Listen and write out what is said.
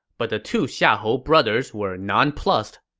but the two xiahou brothers were nonplussed.